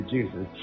Jesus